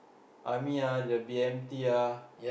army ah the B_M_T ah